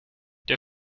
der